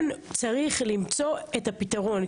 כן צריך למצוא את הפתרון.